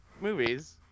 movies